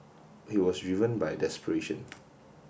he was driven by desperation